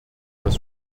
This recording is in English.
was